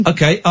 Okay